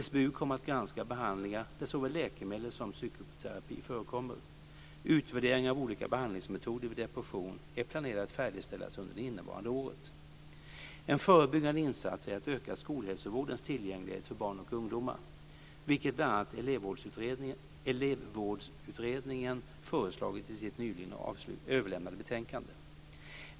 SBU kommer att granska behandlingar där såväl läkemedel som psykoterapi förekommer. Utvärderingen av olika behandlingsmetoder vid depression är planerad att färdigställas under det innevarande året. En förebyggande insats är att öka skolhälsovårdens tillgänglighet för barn och ungdomar, vilket bl.a. Elevvårdsutredningen föreslagit i sitt nyligen överlämnade betänkande.